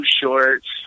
shorts